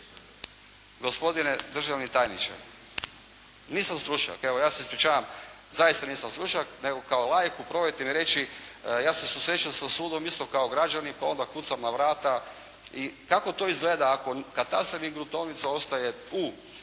Gospodine državni tajniče nisam stručnjak, evo ja se ispričavam zaista nisam stručnjak nego kao laiku probajte mi reći ja se susrećem sa sudom isto kao građani pa onda kucam na vrata i kako to izgleda ako katastar i gruntovnica ostaje u